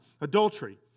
adultery